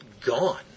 gone